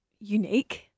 unique